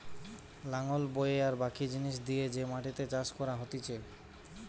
লাঙল বয়ে আর বাকি জিনিস দিয়ে যে মাটিতে চাষ করা হতিছে